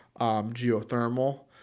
geothermal